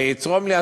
יצרום לי,